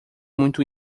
muito